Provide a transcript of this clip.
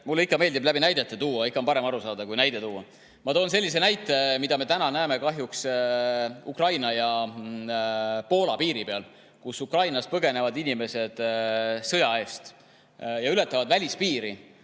Mulle alati meeldib näiteid tuua, ikka on parem aru saada, kui näide tuua. Ma toon sellise näite, mida me täna näeme kahjuks Ukraina ja Poola piiril, kus Ukrainast sõja eest põgenevad inimesed ületavad välispiiri.